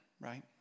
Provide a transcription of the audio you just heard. right